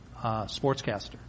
sportscaster